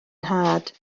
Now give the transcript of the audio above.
nhad